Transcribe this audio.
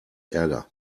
ärger